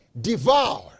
devour